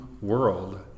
world